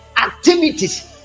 activities